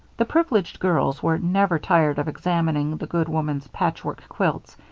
the privileged girls were never tired of examining the good woman's patchwork quilts,